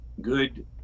good